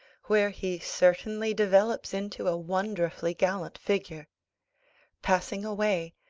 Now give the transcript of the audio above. where he certainly develops into a wonderfully gallant figure passing away,